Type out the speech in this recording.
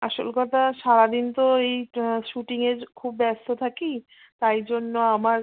আসল কথা সারা দিন তো এই শুটিংয়ের খুব ব্যস্ত থাকি তাই জন্য আমার